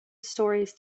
stories